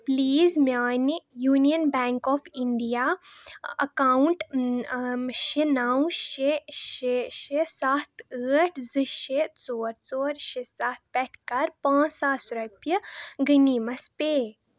please میانہِ Union Bank of India account شیٚے نو شیٚے شیٚے شیٚے سَتھ ٲٹھ زٕ شیٚے ژور ژور شیٚے سَتھ پٮ۪ٹھ کَر پانژھ ساس رۄپیہِ غٔنیٖمس پے